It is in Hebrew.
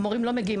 מורים לא מגיעים.